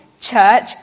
church